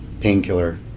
painkiller